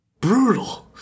brutal